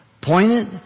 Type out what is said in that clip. pointed